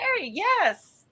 yes